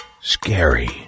Scary